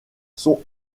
sont